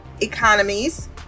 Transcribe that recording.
economies